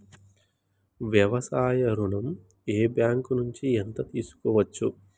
వ్యవసాయ ఋణం ఏ బ్యాంక్ నుంచి ఎంత తీసుకోవచ్చు?